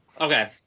Okay